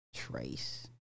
Trace